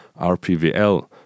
RPVL